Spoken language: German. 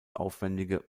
aufwändige